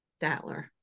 statler